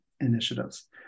initiatives